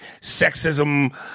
sexism